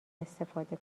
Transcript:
استفاده